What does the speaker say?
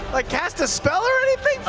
like cast a spell or anything?